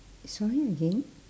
sorry again